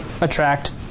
attract